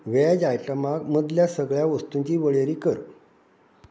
veg आयटमांक मदल्या सगळ्या वस्तूंची वळेरी कर